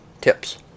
Tips